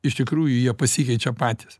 iš tikrųjų jie pasikeičiau patys